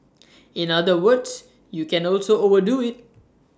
in other words you can also overdo IT